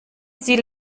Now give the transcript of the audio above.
sie